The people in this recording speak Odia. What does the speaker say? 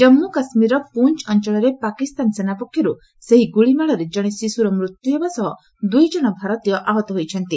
ଜମ୍ମୁ କାଶ୍ମୀରର ପୁଞ୍ ଅଞ୍ଚଳରେ ପାକିସ୍ତାନ ସେନା ପକ୍ଷରୁ ସେହି ଗୁଳିମାଡ଼ରେ ଜଣେ ଶିଶୁର ମୃତ୍ୟୁ ହେବା ସହ ଦୁଇ ଜଣ ଭାରତୀୟ ଆହତ ହୋଇଛନ୍ତି